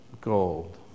gold